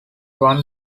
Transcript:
one